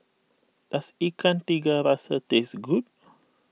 does Ikan Tiga Rasa taste good